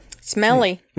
Smelly